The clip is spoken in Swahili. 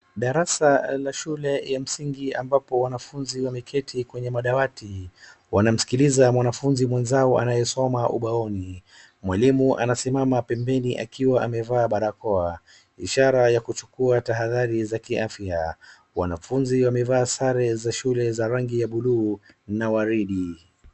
Darasa la shule ya msingi ambapo wanafunzi wameketi kwenye madawati wanamskiliza mwanafunzi mwenzao anayesoma ubaoni. Mwalimu anasimama pembeni akiwa amevaa barakoa ishara ya kuchukua tahadhari za kiafya. Wanafunzi wamevaa sare za shule za rangi ya bluu na waridi.